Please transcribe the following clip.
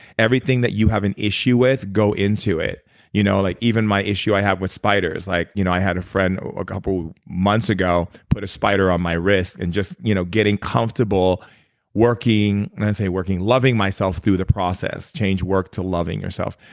everything that you have an issue with, go into it you know like even my issue, i have with spiders. like you know i had a friend a couple months ago put a spider on my wrist and just you know getting comfortable working. and i say working, loving myself through the process. change work to loving yourself.